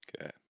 Okay